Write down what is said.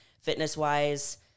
fitness-wise